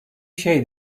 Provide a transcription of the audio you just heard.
şey